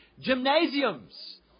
gymnasiums